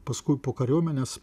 paskui po kariuomenės